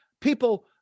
people